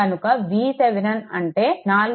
కనుక VThevenin అంటే 4